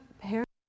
parents